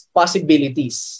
possibilities